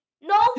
No